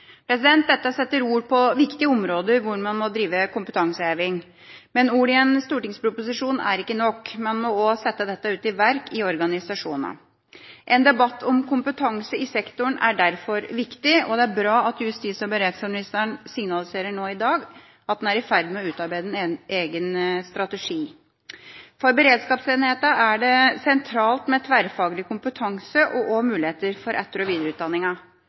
Dette setter ord på viktige områder hvor man må drive kompetanseheving. Men ord i en stortingsproposisjon er ikke nok, man må også sette dette i verk i organisasjonene. En debatt om kompetanse i sektoren er derfor viktig, og det er bra at justis- og beredskapsministeren signaliserer nå i dag at han er i ferd med å utarbeide en egen strategi. For beredskapsenheten er det sentralt med tverrfaglig kompetanse og muligheter for etter- og